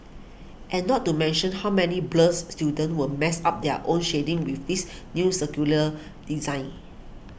and not to mention how many blurs students will mess up their own shading with this new circular design